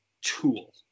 tool